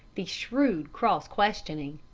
the shrewd cross-questioning.